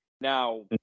Now